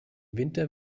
winter